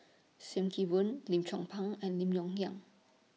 SIM Kee Boon Lim Chong Pang and Lim Yong Liang